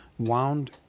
wound